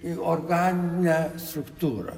ir organinę struktūrą